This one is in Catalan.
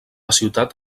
ciutat